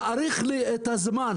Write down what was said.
תאריך לי את הזמן